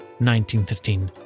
1913